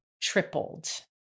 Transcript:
Tripled